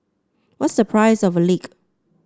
what's the price of a leak